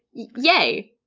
yay.